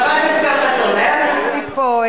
חבר הכנסת יואל חסון, היה לנו מספיק פה,